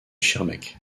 schirmeck